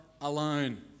alone